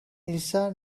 elsa